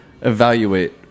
evaluate